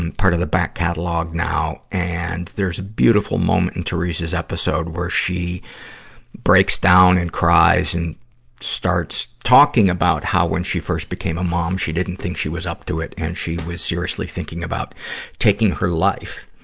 part of the back catalogue now. and, there's a beautiful moment in teresa's episode where she breaks down and cries and starts talking about how when she first became a mom, she didn't think she was up to it. and she was seriously thinking about taking her life.